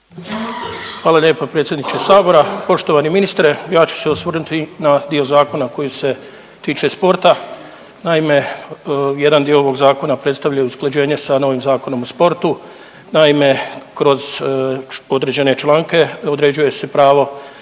Hvala lijepa predsjedniče Sabora. Poštovani ministre. Ja ću se osvrnuti na dio zakona koji se tiče sporta, naime jedan dio ovog zakona predstavlja usklađenje sa novim Zakon o sportu. Naime, kroz određene članke određuje se pravo